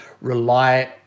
rely